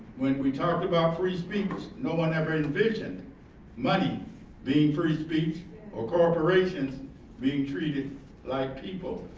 when we talked about free speech, no one ever envisioned money being free speech or corporations being treated like people.